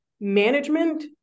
management